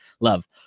love